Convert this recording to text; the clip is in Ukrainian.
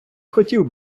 хотів